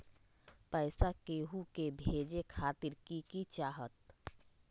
पैसा के हु के भेजे खातीर की की चाहत?